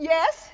Yes